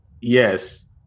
yes